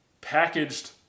packaged